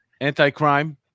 Anti-crime